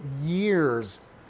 years